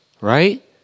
Right